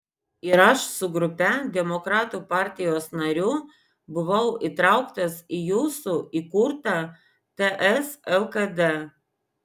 ir aš su grupe demokratų partijos narių buvau įtrauktas į jūsų įkurtą ts lkd